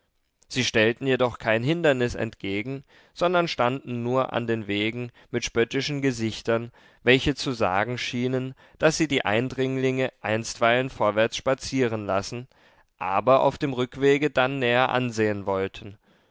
sie stellten jedoch kein hindernis entgegen sondern standen nur an den wegen mit spöttischen gesichtern welche zu sagen schienen daß sie die eindringlinge einstweilen vorwärts spazieren lassen aber auf dem rückwege dann näher ansehen wollten